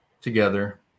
together